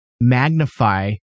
magnify